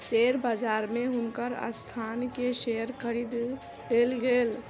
share बजार में हुनकर संस्थान के शेयर खरीद लेल गेल